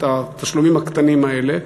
את התשלומים הקטנים האלה?